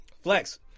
Flex